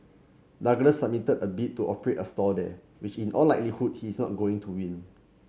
Douglas submitted a bid to operate a stall there which in all likelihood he is not going to win